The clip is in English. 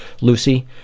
Lucy